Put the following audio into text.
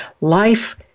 life